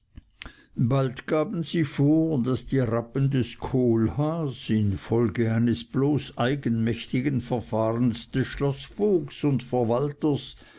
bald gaben sie vor daß die rappen des kohlhaas infolge eines bloß eigenmächtigen verfahrens des schloßvogts und verwalters